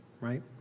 right